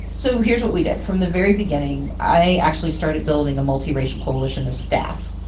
so here's what we did. from the very beginning, i actually started building a multi-racial collision of staff.